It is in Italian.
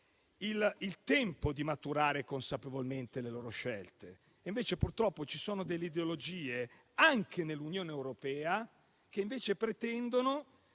il tempo di maturare consapevolmente le loro scelte; invece purtroppo ci sono alcune ideologie, anche nell'Unione europea, che pretendono